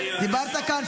מלביצקי,